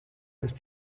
ist